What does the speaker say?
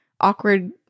awkward